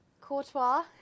Courtois